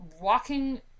walking